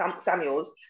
Samuels